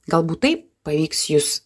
galbūt tai paveiks jus